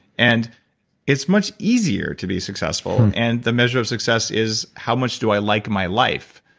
and it's much easier to be successful and the measure of success is how much do i like my life.